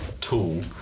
tool